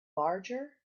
larger